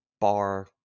bar